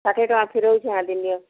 ଷାଠିଏ ଟଙ୍କା ଫେରାଉଛି ଆଦି ନିଅ